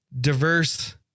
Diverse